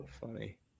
Funny